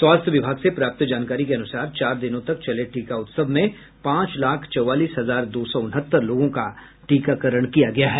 स्वास्थ्य विभाग से प्राप्त जानकारी के अनुसार चार दिनों तक चले टीका उत्सव में पांच लाख चौवालीस हजार दो सौ उनहत्तर लोगों का टीकाकरण किया गया है